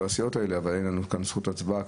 הסיעות האלה אבל אין לנו כאן זכות הצבעה,